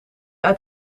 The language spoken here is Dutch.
uit